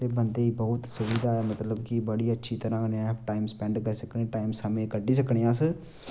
ते बंदे गी बहुत सुविधा ऐ मतलब कि बड़ी अच्छी तरह कन्नै अस टाइम स्पैंड करी सकने टाइम समें कड्ढी सकने अस